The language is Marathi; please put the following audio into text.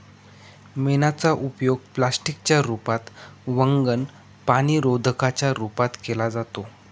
मेणाचा उपयोग प्लास्टिक च्या रूपात, वंगण, पाणीरोधका च्या रूपात केला जातो